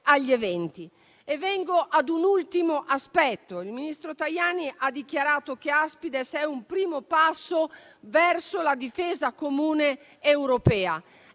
agli eventi. Vengo ad un ultimo aspetto. Il ministro Tajani ha dichiarato che Aspides è un primo passo verso la difesa comune europea.